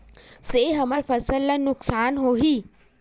से हमर फसल ला नुकसान होही?